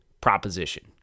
proposition